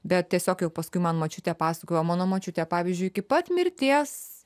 bet tiesiog jau paskui man močiutė pasakojo mano močiutė pavyzdžiui iki pat mirties